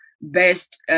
best